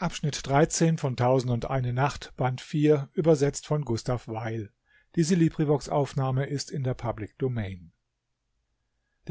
der